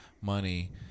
money